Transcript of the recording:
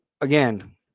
again